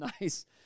nice